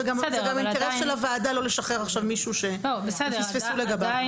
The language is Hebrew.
זה גם אינטרס של הוועדה לא לשחרר עכשיו מישהו שפספסו לגביו.